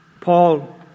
Paul